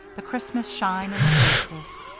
the christmas shine in the faces.